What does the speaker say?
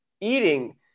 eating